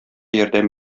ярдәм